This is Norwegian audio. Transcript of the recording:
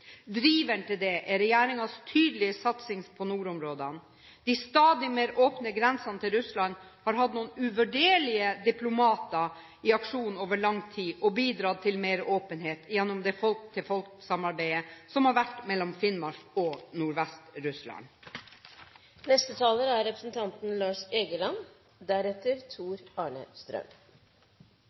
nordområdene. De stadig mer åpne grensene til Russland har hatt noen uvurderlige diplomater i aksjon over lang tid og bidratt til mer åpenhet gjennom det folk-til-folk-samarbeidet som har vært mellom Finnmark og Nordvest-Russland. Jeg sa i hovedinnlegget mitt at den viktigste ressursen i nord er